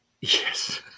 Yes